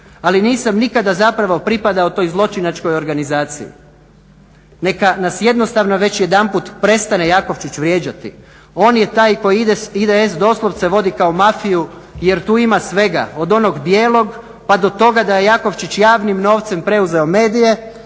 ali nisam nikada zapravo pripadao toj zločinačkoj organizaciji. Neka nas jednostavno već jedanput prestane Jakovčić vrijeđati, on je taj koji IDS doslovce vodi kao mafiju jer tu ima svega, od onog bijelog pa do toga da je Jakovčić javnim novcem preuzeo medije,